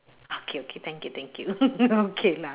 okay okay thank you thank you okay lah